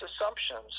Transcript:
assumptions